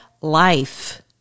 Life